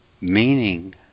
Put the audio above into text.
meaning